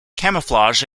camouflage